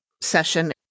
session